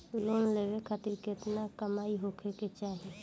Loan लेवे खातिर केतना कमाई होखे के चाही?